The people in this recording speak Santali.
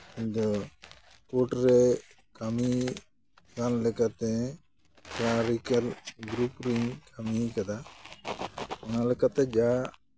ᱤᱧᱫᱚ ᱠᱳᱨᱴ ᱨᱮ ᱠᱟᱹᱢᱤ ᱠᱟᱱ ᱞᱮᱠᱟᱛᱮ ᱠᱞᱟᱨᱤᱠᱮᱞ ᱜᱨᱩᱯ ᱨᱮᱧ ᱠᱟᱹᱢᱤ ᱟᱠᱟᱫᱟ ᱚᱱᱟ ᱞᱮᱠᱟᱛᱮ ᱡᱟ